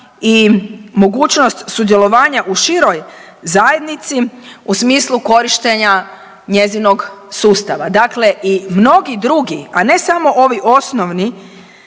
i mogućnost sudjelovanja u široj zajednici u smislu korištenja njezinog sustava. Dakle i mnogi drugi, a ne samo ovi osnovni